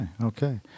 okay